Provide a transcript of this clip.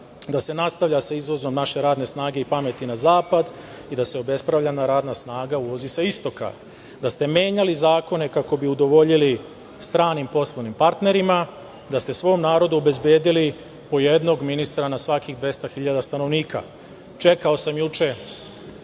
da se nastavlja sa izvozom naše radne snage i pameti na zapad i da se obespravljena radna snaga uvozi sa istoka, da ste menjali zakone kako bi udovoljili stranim poslovnim partnerima, da ste svom narodu obezbedili po jednog ministra na svakih 200.000 stanovnika. Čekao sam juče